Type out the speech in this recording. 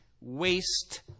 waste